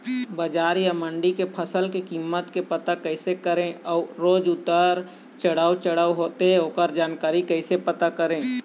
बजार या मंडी के फसल के कीमत के पता कैसे करें अऊ रोज उतर चढ़व चढ़व होथे ओकर जानकारी कैसे पता करें?